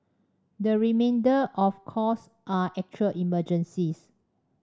the remainder of calls are actual emergencies